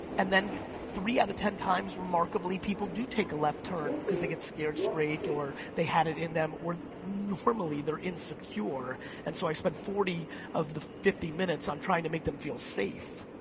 and then three out of ten times, remarkably, people do take a left turn cause they get scared straight or they had it in them, or normally they're insecure and so i spend forty of the fifty minutes on trying to make them feel safe.